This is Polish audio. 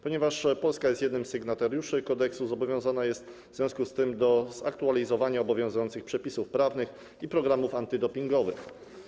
Ponieważ Polska jest z jednym z sygnatariuszy kodeksu, zobowiązana jest w związku z tym do zaktualizowania obowiązujących przepisów prawnych i programów antydopingowych.